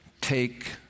take